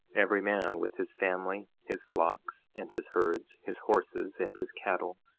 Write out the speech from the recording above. every man, with his family, his flocks and his herds, his horses and his cattle,